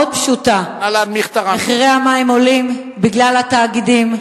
פשוטה: מחירי המים עולים בגלל התאגידים.